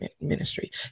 ministry